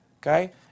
okay